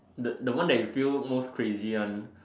the the one that you feel most crazy one